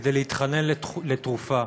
כדי להתחנן לתרופה,